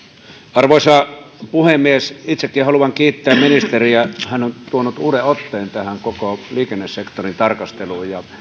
arvoisa puhemies itsekin haluan kiittää ministeriä hän on tuonut uuden otteen tähän koko liikennesektorin tarkasteluun